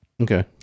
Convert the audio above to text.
Okay